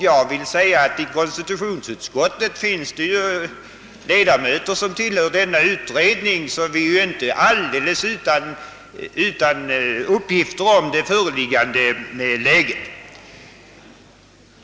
Även i konstitutionsutskottet finns det ledamöter som tillhör denna utredning, varför vi inte står alldeles utan uppgifter om det föreliggande läget.